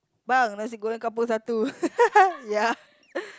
bang nasi-goreng kampung satu ya